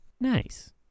Nice